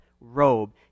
robe